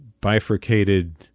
bifurcated